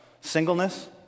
Singleness